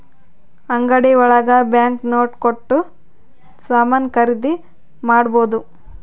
ಅಂಗಡಿ ಒಳಗ bank note ಕೊಟ್ಟು ಸಾಮಾನ್ ಖರೀದಿ ಮಾಡ್ಬೋದು